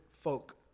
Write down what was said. folk